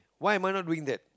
why am I not doing that